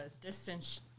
distance